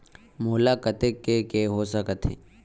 मोला कतेक के के हो सकत हे?